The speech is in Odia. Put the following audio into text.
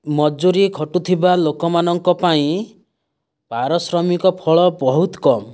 ମଜୁରି ଖଟୁଥିବା ଲୋକମାନଙ୍କ ପାଇଁ ପାରଶ୍ରମିକ ଫଳ ବହୁତ କମ